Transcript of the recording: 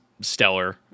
stellar